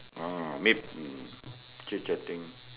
ah maybe um chit chatting